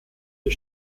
die